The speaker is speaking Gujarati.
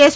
એસ